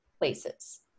places